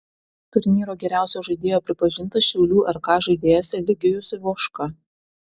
turnyro geriausio žaidėjo pripažintas šiaulių rk žaidėjas eligijus ivoška